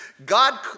God